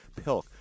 Pilk